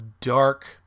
dark